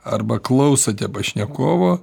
arba klausote pašnekovo